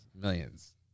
Millions